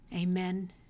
Amen